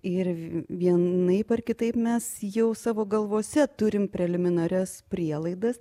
ir vienaip ar kitaip mes jau savo galvose turim preliminarias prielaidas